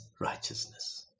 righteousness